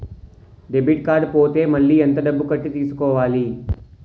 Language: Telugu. డెబిట్ కార్డ్ పోతే మళ్ళీ ఎంత డబ్బు కట్టి తీసుకోవాలి?